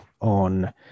on